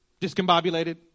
discombobulated